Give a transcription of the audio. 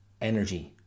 energy